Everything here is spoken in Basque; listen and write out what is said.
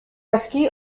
aski